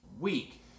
week